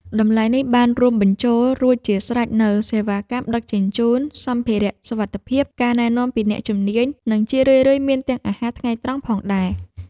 តម្លៃនេះបានរួមបញ្ចូលរួចជាស្រេចនូវសេវាកម្មដឹកជញ្ជូន សម្ភារៈសុវត្ថិភាព ការណែនាំពីអ្នកជំនាញ និងជារឿយៗមានទាំងអាហារថ្ងៃត្រង់ផងដែរ។